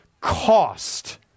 cost